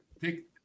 Take